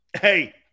Hey